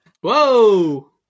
Whoa